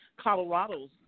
Colorado's